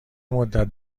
مدت